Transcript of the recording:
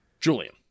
Julian